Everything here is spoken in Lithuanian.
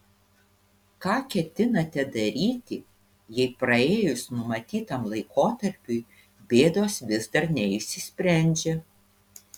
ką ketinate daryti jei praėjus numatytam laikotarpiui bėdos vis dar neišsisprendžia